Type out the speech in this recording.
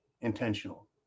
intentional